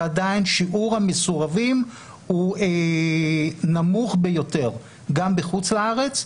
ועדיין שיעור המסורבים הוא נמוך ביותר גם בחוץ לארץ.